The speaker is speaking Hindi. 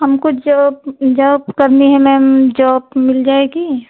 हमको जॉब जॉब करनी है मैम जॉब मिल जाएगी